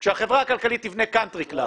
כשהחברה הכלכלית תבנה קאנטרי קלאב,